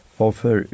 varför